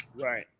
right